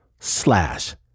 slash